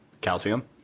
Calcium